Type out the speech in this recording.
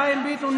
חיים ביטון,